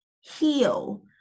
heal